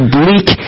bleak